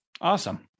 Awesome